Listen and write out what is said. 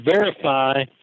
verify